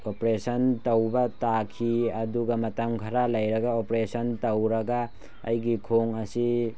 operation ꯇꯧꯕ ꯇꯥꯈꯤ ꯑꯗꯨꯒ ꯃꯇꯝ ꯈ꯭ꯔ ꯂꯩꯔꯒ ꯑꯣꯄꯔꯦꯁꯟ ꯇꯧꯔꯒ ꯑꯩꯒꯤ ꯈꯣꯡ ꯑꯁꯤ